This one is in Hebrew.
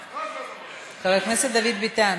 חבר הכנסת דוד ביטן.